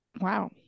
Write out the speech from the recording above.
Wow